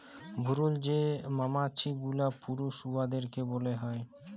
ভুরুল যে মমাছি গুলা পুরুষ উয়াদেরকে ব্যলা হ্যয়